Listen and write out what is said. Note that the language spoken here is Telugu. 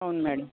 అవును మేడం